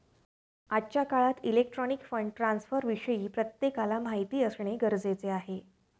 आजच्या काळात electronic fund ट्रान्स्फरविषयी प्रत्येकाला माहिती असणे गरजेचे आहे